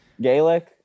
Gaelic